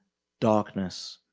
darkness,